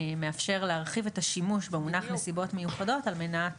שמאפשר להרחיב את השימוש במונח נסיבות מיוחדות על מנת